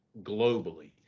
globally